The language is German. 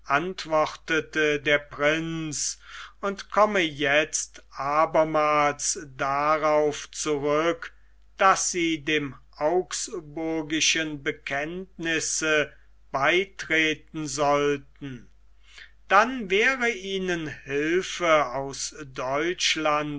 antwortete der prinz und komme jetzt abermals darauf zurück daß sie dem augsburgischen bekenntnisse beitreten sollten dann wäre ihnen hilfe aus deutschland